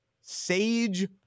Sage